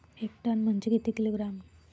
एक टन म्हनजे किती किलोग्रॅम?